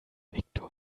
viktor